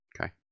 Okay